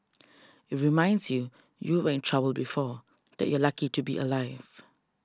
it reminds you you were in trouble before that you're lucky to be alive